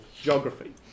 geography